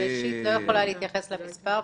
אני לא יכולה להתייחס למספר.